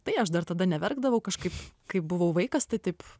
tai aš dar tada neverkdavau kažkaip kai buvau vaikas tai taip